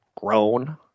grown